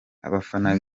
abafana